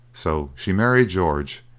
so she married george,